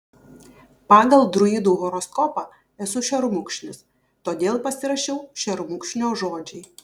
pagal druidų horoskopą esu šermukšnis todėl pasirašiau šermukšnio žodžiai